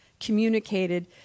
communicated